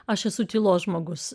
aš esu tylos žmogus